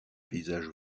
paysages